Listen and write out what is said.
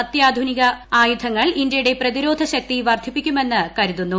ഈ അത്യാധുനിക ആയുധങ്ങൾ ഇന്ത്യയുടെ പ്രതിരോധ ശക്തി വർദ്ധിപ്പിക്കുമെന്ന് കരുതുന്നു